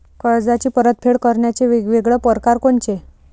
कर्जाची परतफेड करण्याचे वेगवेगळ परकार कोनचे?